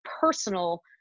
personal